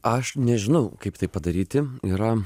aš nežinau kaip tai padaryti yra